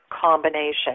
combination